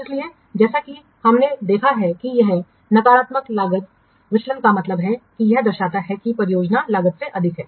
इसलिए जैसा कि हमने देखा है कि यहां नकारात्मक लागत विचलन का मतलब है कि यह दर्शाता है कि परियोजना लागत से अधिक है